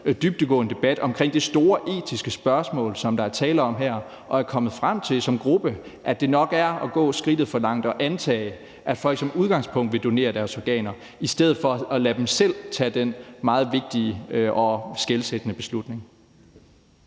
dybdegående debat omkring det store etiske spørgsmål, som der er tale om her, og er kommet frem til som gruppe, at det nok er at gå skridtet for langt at antage, at folk som udgangspunkt vil donere deres organer, i stedet for at lade dem selv tage den meget vigtige og skelsættende beslutning.